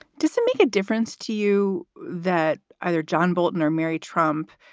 does it make a difference to you that either john bolton or mary trump,